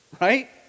right